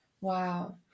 wow